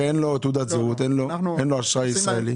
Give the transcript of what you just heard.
הרי אין לו תעודת זהות, אין לו אשראי ישראלי.